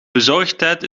bezorgtijd